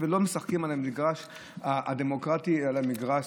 ולא משחקים במגרש הדמוקרטי אלא במגרש,